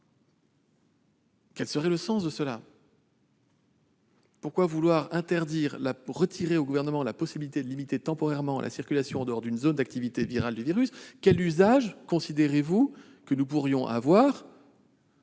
mesure ? Dès lors, pourquoi vouloir interdire ou retirer au Gouvernement la possibilité de limiter temporairement la circulation en dehors d'une zone d'activité du virus ? Quel usage considérez-vous que nous pourrions faire